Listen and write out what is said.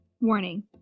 Warning